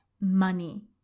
money